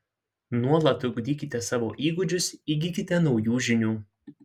nuolat ugdykite savo įgūdžius įgykite naujų žinių